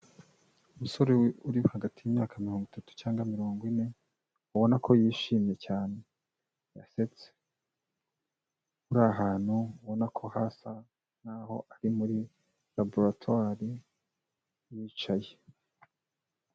Umusore uri hagati y'imyaka mirongo itatu cyangwa mirongo ine ubona ko yishimye cyane yasetse, uri ahantu ubona ko hasa nkaho ari muri laboratwari yicaye.